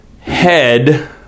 head